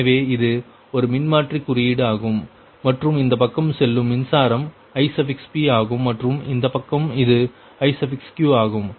எனவே இது ஒரு மின்மாற்றி குறியீடு ஆகும் மற்றும் இந்த பக்கம் செல்லும் மின்சாரம் Ip ஆகும் மற்றும் இந்த பக்கம் இது Iq ஆகும்